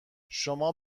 شما